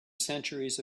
centuries